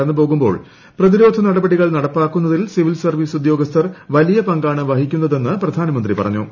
കടന്നുപോകുമ്പോൾ പ്രതിരോധ നടപടികൾ നടപ്പാക്കുന്നതിൽ സിപിൽ സർവ്വീസ് ഉദ്യോഗസ്ഥർ വലിയ് പങ്കാണ് വഹിക്കുന്നതെന്ന് പ്രധാനമന്ത്രി പറഞ്ഞു